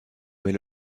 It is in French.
mais